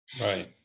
Right